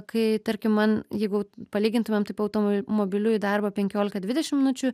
kai tarkim man jeigu palygintumėm taip automo mobiliu į darbą penkiolika dvidešim minučių